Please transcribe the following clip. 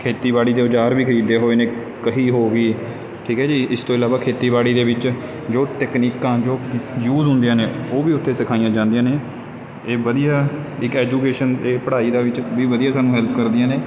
ਖੇਤੀਬਾੜੀ ਦੇ ਔਜਾਰ ਵੀ ਖਰੀਦੇ ਹੋਏ ਨੇ ਕਹੀ ਹੋ ਗਈ ਠੀਕ ਹੈ ਜੀ ਇਸ ਤੋਂ ਇਲਾਵਾ ਖੇਤੀਬਾੜੀ ਦੇ ਵਿੱਚ ਜੋ ਤਕਨੀਕਾਂ ਜੋ ਯੂਜ਼ ਹੁੰਦੀਆਂ ਨੇ ਉਹ ਵੀ ਉੱਥੇ ਸਿਖਾਈਆਂ ਜਾਂਦੀਆਂ ਨੇ ਇਹ ਵਧੀਆ ਇੱਕ ਐਜੂਕੇਸ਼ਨ ਇਹ ਪੜ੍ਹਾਈ ਦੇ ਵਿੱਚ ਵੀ ਵਧੀਆ ਸਾਨੂੰ ਹੈਲਪ ਕਰਦੀਆਂ ਨੇ